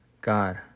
God